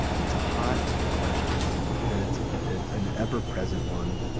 it's a hot question, and it's it's an ever-present one.